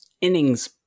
innings